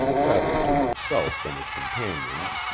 rather to himself than his companions,